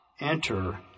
enter